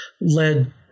led